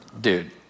dude